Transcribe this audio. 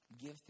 Give